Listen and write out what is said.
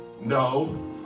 No